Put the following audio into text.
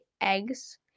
eggs